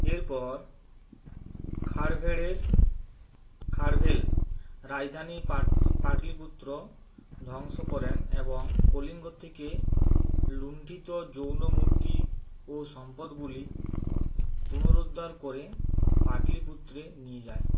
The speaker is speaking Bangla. এরপর খারভেলের খারভেল রাজধানী পাট পাটলীপুত্র ধ্বংস করেন এবং কলিঙ্গর থেকে লুণ্ঠিত জৌন মূর্তি ও সম্পদগুলি পুনরুদ্ধার করে পাটলীপুত্রে নিয়ে যায়